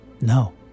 No